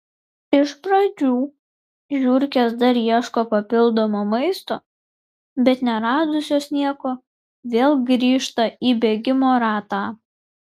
iš pradžių žiurkės dar ieško papildomo maisto bet neradusios nieko vėl grįžta į bėgimo ratą